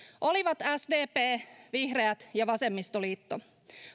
olivat sdp vihreät ja vasemmistoliitto